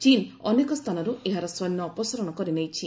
ଚୀନ୍ ଅନେକ ସ୍ଥାନରୁ ଏହାର ସୈନ୍ୟ ଅପସାରଣ କରିନେଇଛି